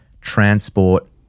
transport